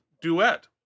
Duet